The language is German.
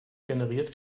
generiert